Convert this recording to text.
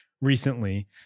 recently